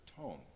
tone